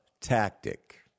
tactic